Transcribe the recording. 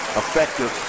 effective